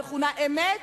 המכונה "אמת",